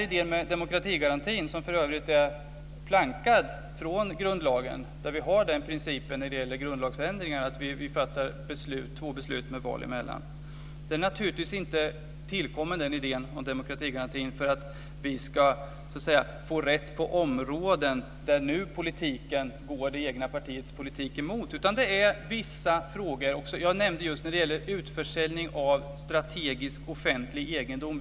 Idén med demokratigarantin, som för övrigt är plankad från grundlagen där vi har den principen när det gäller grundlagsändringar att vi fattar två beslut med val emellan, är naturligtvis inte tillkommen för att vi ska få rätt på områden där politiken nu går det egna partiets politik emot. Det handlar i stället om vissa frågor, och jag nämnde t.ex. utförsäljning av strategisk offentlig egendom.